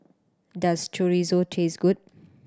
does Chorizo taste good